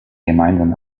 gemeinsamen